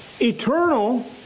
eternal